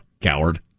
coward